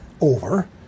over